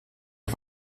auf